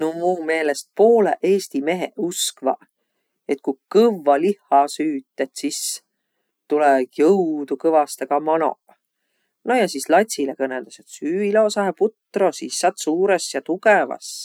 No mu meelest poolõq eesti meheq uskvaq, et ku kõvva lihha süüt, et sis tulõ jõudu kõvastõ ka manoq. No ja sis latsilõ kõnõldas, et süüq ilosahe putro, sis saat suurõs ja tugõvas.